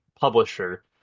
publisher